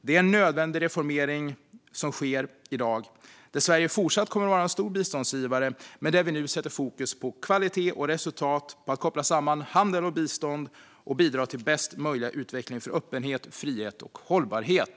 Det är en nödvändig reformering som sker i dag när Sverige fortsatt kommer att vara en stor bidragsgivare men där vi nu sätter fokus på kvalitet och resultat och på att koppla samman handel och bistånd och bidra till bästa möjliga utveckling för öppenhet, frihet och hållbarhet.